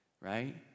right